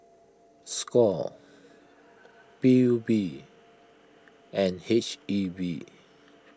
Score P U B and H E B